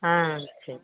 ஆ சரி